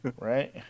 Right